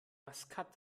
maskat